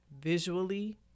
visually